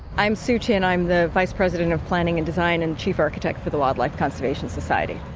i'm sue chin, i'm the vice-president of planning and design and chief architect for the wildlife conservation society.